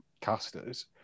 casters